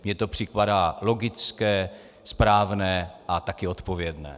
Mně to připadá logické, správné a taky odpovědné.